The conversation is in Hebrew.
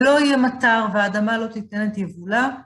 לא יהיה מטר והאדמה לא תתן את יבולה.